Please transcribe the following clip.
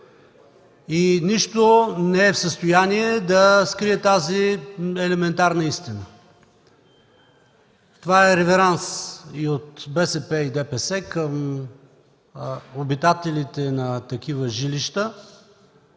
и нищо не е в състояние да скрие тази елементарна истина. Това е реверанс и от БСП, и ДПС към обитателите на такива жилища